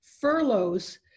furloughs